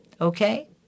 Okay